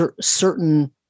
certain